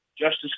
Justice